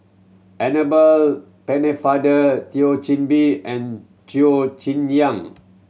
Annabel Pennefather Thio Chen Bee and Cheo Chen Yang